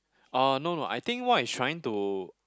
orh no no I think what he's trying to